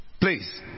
Please